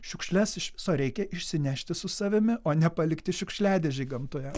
šiukšles iš viso reikia išsinešti su savimi o nepalikti šiukšliadėžėj gamtoje